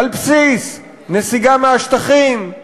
על-בסיס נסיגה מהשטחים,